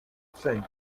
cinq